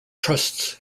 trusts